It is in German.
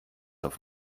auf